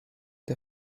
der